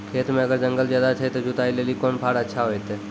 खेत मे अगर जंगल ज्यादा छै ते जुताई लेली कोंन फार अच्छा होइतै?